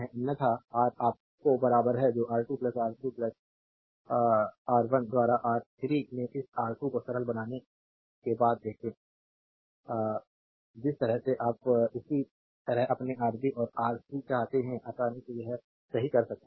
अन्यथा रा आपके बराबर है जो R2 R3 plus call R1 द्वारा R3 में इस R2 को सरल बनाने के बाद देखें जिस तरह से आप इसी तरह अपने आरबी और आर सी चाहते है आसानी से यह सही कर सकते हैं